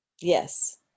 yes